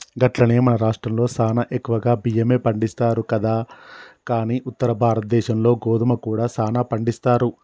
గట్లనే మన రాష్ట్రంలో సానా ఎక్కువగా బియ్యమే పండిస్తారు కదా కానీ ఉత్తర భారతదేశంలో గోధుమ కూడా సానా పండిస్తారు